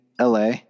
LA